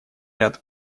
ряд